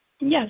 Yes